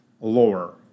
lower